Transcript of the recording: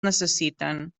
necessiten